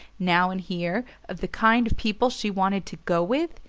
now and here, of the kind of people she wanted to go with?